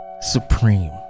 Supreme